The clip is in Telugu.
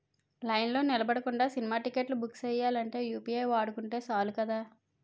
లైన్లో నిలబడకుండా సినిమా టిక్కెట్లు బుక్ సెయ్యాలంటే యూ.పి.ఐ వాడుకుంటే సాలు కదా